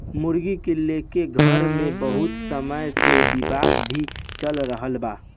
मुर्गी के लेके घर मे बहुत समय से विवाद भी चल रहल बा